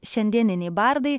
šiandieniniai bardai